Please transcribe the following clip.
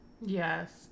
yes